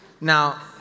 Now